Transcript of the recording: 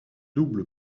double